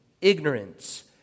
ignorance